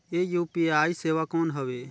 ये यू.पी.आई सेवा कौन हवे?